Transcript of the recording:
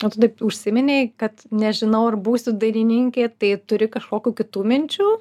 o tu taip užsiminei kad nežinau ar būsiu dainininkė tai turi kažkokių kitų minčių